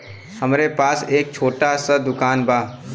हमरे पास एक छोट स दुकान बा